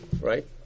right